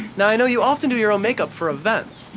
now i know you often do your own makeup for events.